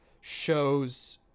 shows